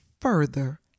further